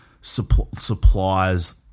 supplies